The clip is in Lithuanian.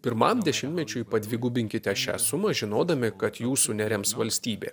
pirmam dešimtmečiui padvigubinkite šią sumą žinodami kad jūsų nerems valstybė